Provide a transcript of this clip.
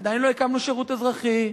עדיין לא הקמנו שירות אזרחי,